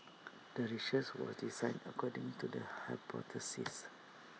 the research was designed according to the hypothesis